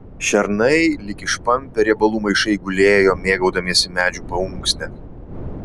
šernai lyg išpampę riebalų maišai gulėjo mėgaudamiesi medžių paunksne